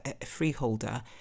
freeholder